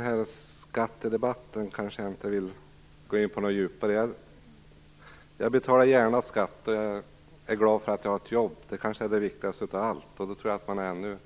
Fru talman! Jag vill inte djupare gå in på den här skattedebatten. Jag är glad för att jag har ett jobb, och jag betalar gärna skatt. Att ha ett jobb är kanske det viktigaste av allt, och jag tror att det gör att man med desto